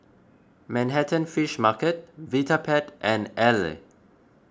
Manhattan Fish Market Vitapet and Elle